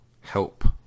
help